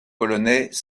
polonais